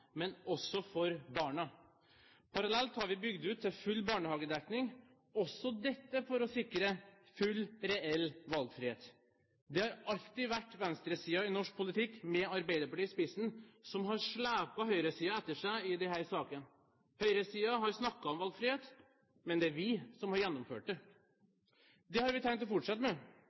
men også for barna. Parallelt har vi bygd ut til full barnehagedekning, også dette for å sikre full, reell valgfrihet. Det har alltid vært venstresiden i norsk politikk med Arbeiderpartiet i spissen som har slept høyresiden etter seg i disse sakene. Høyresiden har snakket om valgfrihet, men det er vi som har gjennomført det. Det har vi tenkt å fortsette med.